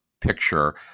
picture